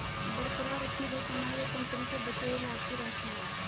बरकरार रखी गई कमाई एक कंपनी के बचे हुए लाभ की राशि है